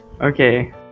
Okay